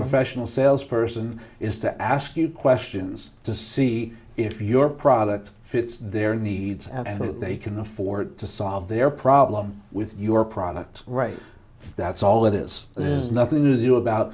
professional salesperson is to ask you questions to see if your product fits their needs and that they can afford to solve their problem with your product right that all that is there's nothing new about